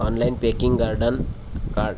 online packing garden काढ